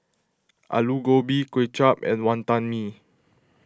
Aloo Gobi Kway Chap and Wantan Mee